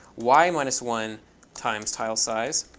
y minus one times tile size.